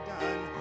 done